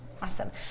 Awesome